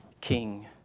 king